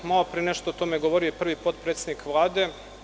Malopre je nešto o tome govorio i prvi potpredsednik Vlade.